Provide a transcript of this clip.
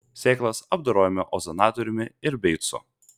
sėklas apdorojome ozonatoriumi ir beicu